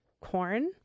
corn